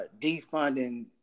defunding